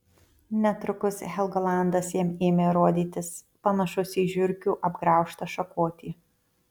netrukus helgolandas jam ėmė rodytis panašus į žiurkių apgraužtą šakotį